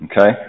Okay